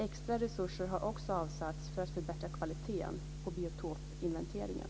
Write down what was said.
Extra resurser har också avsatts för att förbättra kvaliteten på biotopinventeringen.